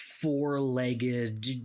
four-legged